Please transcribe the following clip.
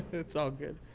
it's all good.